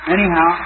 Anyhow